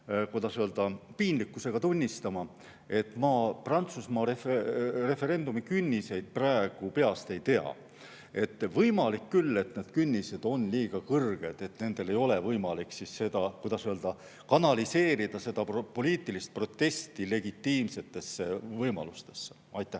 kuidas öelda, piinlikkusega tunnistama, et ma Prantsusmaa referendumikünniseid peast ei tea. Võimalik küll, et need künnised on liiga kõrged, nii et ei ole võimalik, kuidas öelda, kanaliseerida seda poliitilist protesti legitiimsetesse võimalustesse. Anti